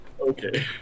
okay